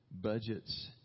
budgets